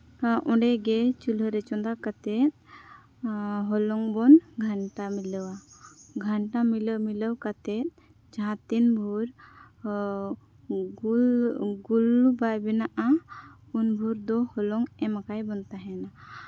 ᱚᱸᱰᱮ ᱜᱮ ᱪᱩᱞᱦᱟᱹ ᱨᱮ ᱪᱚᱸᱫᱟ ᱠᱟᱛᱮᱫ ᱦᱚᱞᱚᱝ ᱵᱚᱱ ᱜᱷᱟᱱᱴᱟ ᱢᱤᱞᱟᱹᱣᱟ ᱜᱷᱟᱱᱴᱟ ᱢᱤᱞᱟᱹᱣ ᱢᱤᱞᱟᱹᱣ ᱠᱟᱛᱮᱫ ᱡᱟᱦᱟᱸ ᱛᱤᱱ ᱵᱷᱳᱨ ᱜᱩᱞ ᱜᱩᱞ ᱵᱟᱭ ᱵᱮᱱᱟᱜᱼᱟ ᱩᱱ ᱵᱷᱳᱨ ᱫᱚ ᱦᱚᱞᱚᱝ ᱮᱢ ᱟᱠᱟᱜ ᱜᱮᱵᱚᱱ ᱛᱟᱦᱮᱱᱟ